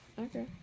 Okay